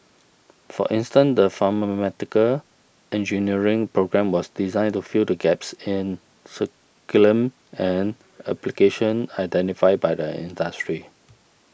for instance the pharmaceutical engineering programme was designed to fill the gaps in and application identified by the industry